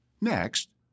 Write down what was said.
Next